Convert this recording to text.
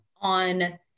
on